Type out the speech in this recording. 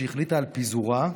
שהחליטה על פיזורה,